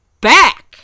back